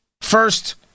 First